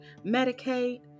Medicaid